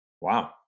Wow